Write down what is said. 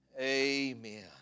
Amen